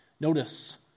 Notice